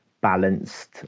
balanced